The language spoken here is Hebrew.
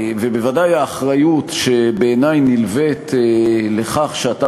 ובוודאי האחריות שבעיני נלווית לכך שאתה